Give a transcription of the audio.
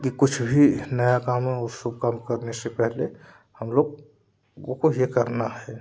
कि कुछ भी नया काम शुभ काम करने से पहले हम लोग उसको ये करना है